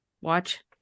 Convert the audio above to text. watch